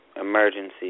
emergency